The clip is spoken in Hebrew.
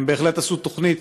הם בהחלט עשו תוכנית